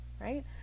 right